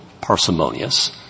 parsimonious